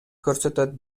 көрсөтөт